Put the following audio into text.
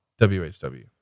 WHW